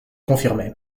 confirmé